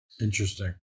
Interesting